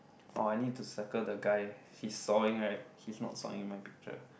orh I need to circle the guy he's sawing right he's not sawing in my picture